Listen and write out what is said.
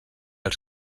els